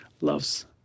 loves